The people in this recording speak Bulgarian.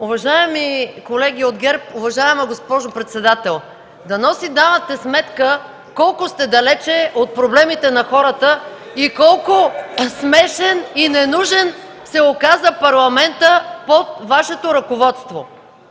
Уважаеми колеги от ГЕРБ, уважаема госпожо председател, дано си давате сметка колко сте далеч от проблемите на хората и колко смешен и ненужен се оказа Парламентът под Вашето ръководство.